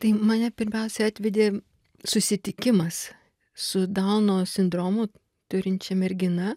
tai mane pirmiausia atvedė susitikimas su dauno sindromu turinčia mergina